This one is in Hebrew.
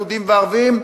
יהודים וערבים,